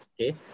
okay